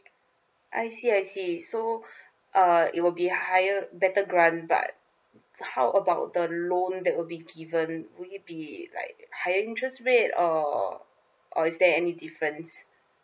I see I see so uh it will be higher better grant but how about the loan that would be given would it be like higher interest rate or or is there any difference